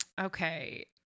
Okay